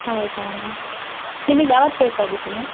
ಹೌದಾ ನಿಮಗ್ಯಾವತ್ತು ಬೇಕಾಗಿತ್ತು ಮ್ಯಾಮ್